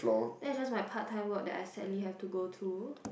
that's just my part time work that I sadly have to go to